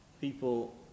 people